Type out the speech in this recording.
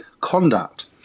conduct